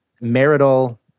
marital